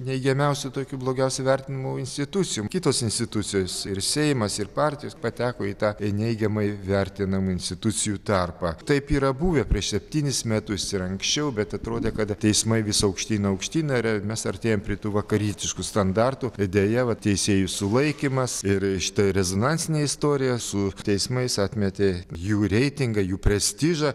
neigiamiausių tokių blogiausiai vertinamų institucijų kitos institucijos ir seimas ir partijos pateko į tą neigiamai vertinamų institucijų tarpą taip yra buvę prieš septynis metus ir anksčiau bet atrodė kad teismai vis aukštyn aukštyn ir mes artėjam prie tų vakarietiškų standartų bet deja vat teisėjų sulaikymas ir šita rezonansinė istorija su teismais atmetė jų reitingą jų prestižą